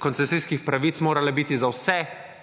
koncesijskih pravic morala biti za vse,